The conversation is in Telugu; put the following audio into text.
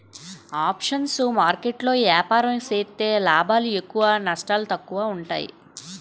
ఆప్షన్స్ మార్కెట్ లో ఏపారం సేత్తే లాభాలు ఎక్కువ నష్టాలు తక్కువ ఉంటాయి